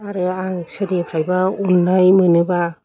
आरो आं सोरनिफ्रायबा अन्नाय मोनोबा